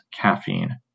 caffeine